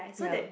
ya